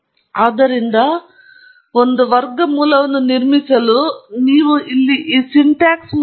ಆದ್ದರಿಂದ ಒಂದು ವರ್ಗಮೂಲವನ್ನು ನಿರ್ಮಿಸಲು ನೀವು ಇಲ್ಲಿ ಈ ಸಿಂಟ್ಯಾಕ್ಸ್ ಮೂಲಕ ಹೋಗಬಹುದು ಇದು ನಿಮಗೆ ಹತ್ತಿರವಾದ ಗಮನವನ್ನು ನೀಡಲು ಬಯಸಬಹುದು